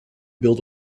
build